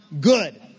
good